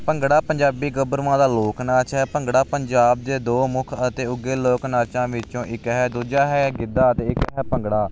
ਭੰਗੜਾ ਪੰਜਾਬੀ ਗੱਭਰੂਆਂ ਦਾ ਲੋਕ ਨਾਚ ਹੈ ਭੰਗੜਾ ਪੰਜਾਬ ਦੇ ਦੋ ਮੁੱਖ ਅਤੇ ਉੱਘੇ ਲੋਕ ਨਾਚਾਂ ਵਿੱਚੋਂ ਇੱਕ ਹੈ ਦੂਜਾ ਹੈ ਗਿੱਧਾ ਅਤੇ ਇੱਕ ਹੈ ਭੰਗੜਾ